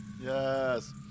Yes